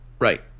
right